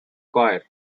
choir